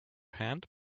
hand